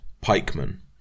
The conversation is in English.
pikemen